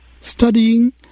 studying